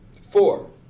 Four